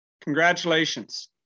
Congratulations